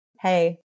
Hey